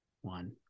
one